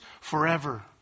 forever